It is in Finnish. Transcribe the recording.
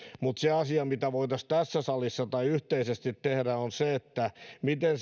mutta se asia mitä voitaisiin tässä salissa tai yhteisesti tehdä on se miten